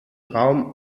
raum